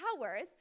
hours